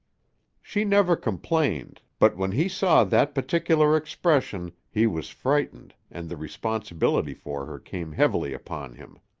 she never complained, but when he saw that particular expression he was frightened and the responsibility for her came heavily upon him.